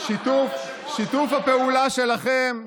שיתוף הפעולה שלכם,